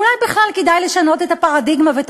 אולי בכלל כדאי לשנות את הפרדיגמה ואת